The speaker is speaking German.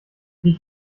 die